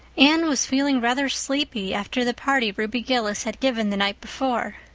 anne was feeling rather sleepy after the party ruby gillis had given the night before.